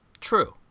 true